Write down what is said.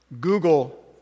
Google